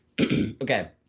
okay